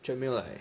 treadmill like